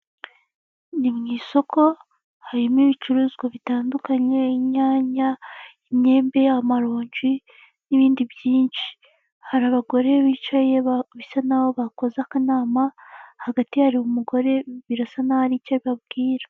Ni mu isoko harimo ibicuruzwa bitandukanye, inyanya, imyembe, amaronji n'ibindi byinshi, hari abagore bicaye bisa n'aho bakoze akanama, hagati hari umugore birasa naho hari aricyo ababwira.